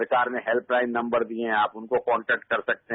सरकार ने help line number दिए हैं आप उनको कॉनटेक्ट कर सकते हैं